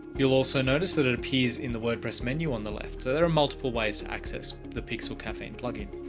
you'll also notice that it appears in the wordpress menu on the left. so there are multiple ways to access the pixel caffeine plugin.